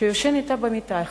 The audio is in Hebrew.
שישן אתה במיטה אחת,